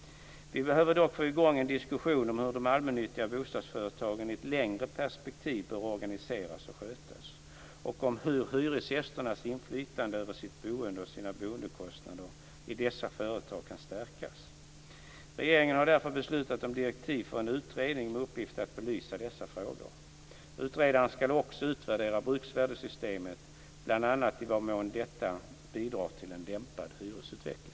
Vi behöver dock få i gång en diskussion om hur de allmännyttiga bostadsföretagen i ett längre perspektiv bör organiseras och skötas och om hur hyresgästernas inflytande över sitt boende och sina boendekostnader i dessa företag kan stärkas. Regeringen har därför beslutat om direktiv för en utredning med uppgift att belysa dessa frågor. Utredaren skall också utvärdera bruksvärdessystemet - bl.a. i vad mån detta bidrar till en dämpad hyresutveckling.